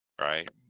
right